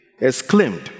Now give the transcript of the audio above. exclaimed